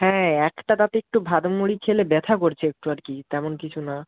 হ্যাঁ একটা দাঁতে একটু ভাত মুড়ি খেলে ব্যথা করছে একটু আর কি তেমন কিছু না